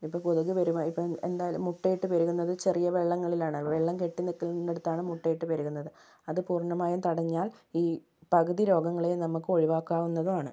ഇതിപ്പോൾ കൊതുക് പെരുകുക ഇപ്പം എന്തായാലും മുട്ടയിട്ട് പെരുകുന്നത് ചെറിയ വെള്ളങ്ങളിലാണ് ആ വെള്ളം കെട്ടി നിൽക്കുന്നിടത്താണ് മുട്ടയിട്ട് പെരുകുന്നത് അത് പൂർണ്ണമായും തടഞ്ഞാൽ ഈ പകുതി രോഗങ്ങളെയും നമുക്ക് ഒഴിവാക്കാവുന്നതുമാണ്